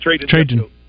Trajan